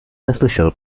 neslyšel